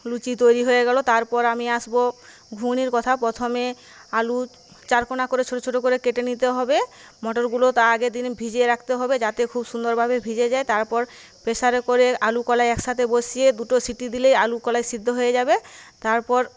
লুচি তৈরি হয়ে গেল তারপর আমি আসবো ঘুগনির কথা প্রথমে আলু চারকোনা করে ছোটো ছোটো করে কেটে নিতে হবে মটরগুলো তার আগের দিন ভিজিয়ে রাখতে হবে যাতে খুব সুন্দরভাবে ভিজে যায় তারপর প্রেসারে করে আলু কলাই একসাথে বসিয়ে দুটো সিটি দিলেই আলু কলাই সেদ্ধ হয়ে যাবে তারপর